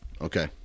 Okay